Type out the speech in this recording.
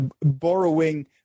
borrowing